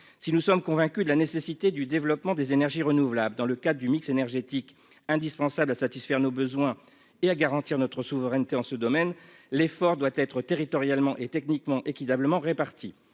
si nous sommes convaincus de la nécessité du développement des énergies renouvelables dans le cas du mix énergétique indispensable à satisfaire nos besoins et à garantir notre souveraineté en ce domaine, l'effort doit être territorialement et techniquement équitablement répartis